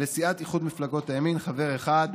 לסיעת איחוד מפלגות הימין חבר אחד,